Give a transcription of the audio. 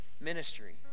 ministry